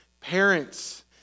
Parents